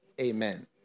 amen